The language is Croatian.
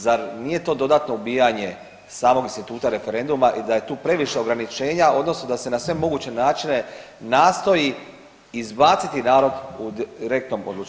Zar nije to dodatno ubijanje samog instituta referenduma i da je tu previše ograničenja odnosno da se na sve moguće načine nastoji izbaciti narod u direktnom odlučivanju?